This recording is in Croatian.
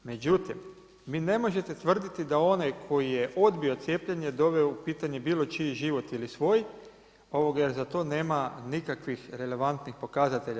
Međutim, vi ne možete tvrditi da onaj koji je odbio cijepljenje doveo u pitanje bilo čiji život ili svoj jer za to nema nikakvih relevantnih pokazatelja.